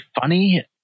funny